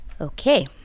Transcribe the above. okay